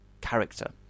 character